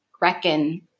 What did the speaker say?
reckon